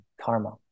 karma